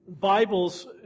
Bibles